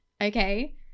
okay